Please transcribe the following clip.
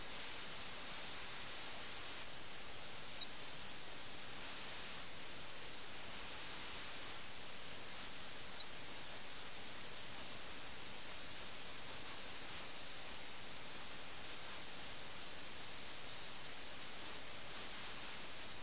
ഈ രണ്ട് പ്രഭുക്കന്മാരും ചെസ്സ് കളി കാരണം മരിക്കുമ്പോൾ അദ്ദേഹം അതിനെ നിർണായക ഘട്ടത്തിലെത്തിക്കുന്നു